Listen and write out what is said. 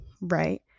Right